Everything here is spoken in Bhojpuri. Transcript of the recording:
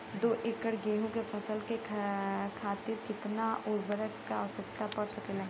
दो एकड़ गेहूँ के फसल के खातीर कितना उर्वरक क आवश्यकता पड़ सकेल?